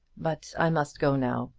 but i must go now.